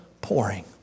pouring